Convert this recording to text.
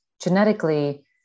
genetically